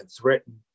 threatened